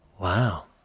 Wow